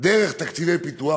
דרך תקציבי פיתוח,